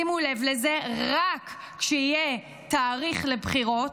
שימו לב לזה, רק כשיהיה תאריך לבחירות,